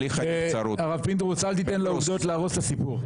הרב פינדרוס, אל תיתן לעובדות להרוס את הסיפור.